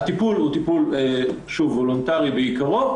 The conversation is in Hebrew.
הטיפול הוא וולונטארי בעיקרו,